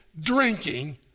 drinking